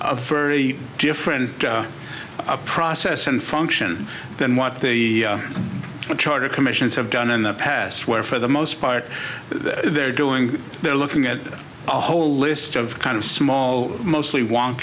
a very different process and function than what the charter commissions have done in the past where for the most part they're doing they're looking at a whole list of kind of small mostly wan